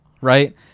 right